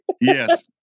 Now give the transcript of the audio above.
Yes